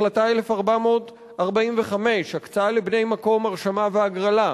החלטה 1445, הקצאה לבני מקום, הרשמה והגרלה,